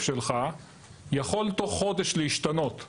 אנחנו מכירים את הגילאות שיש בהייטק.